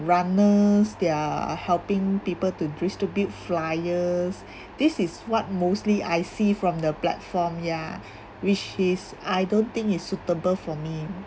runners they are helping people to distribute flyers this is what mostly I see from the platform ya which is I don't think it's suitable for me